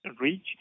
reach